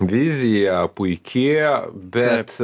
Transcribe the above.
vizija puiki bet